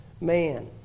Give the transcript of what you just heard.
man